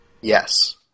Yes